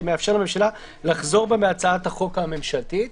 שמאפשר לממשלה לחזור בה מהצעת החוק הממשלתית.